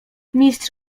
mistrz